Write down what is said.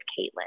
Caitlin